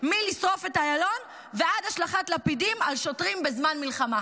מלשרוף את איילון ועד השלכת לפידים על שוטרים בזמן מלחמה.